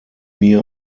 mir